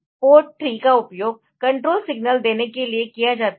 port 3 का उपयोग control signal देने के लिए किया जाता है